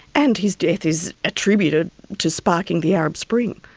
and his death is attributed to sparking the arab spring.